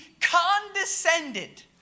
condescended